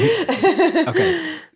Okay